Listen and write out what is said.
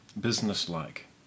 business-like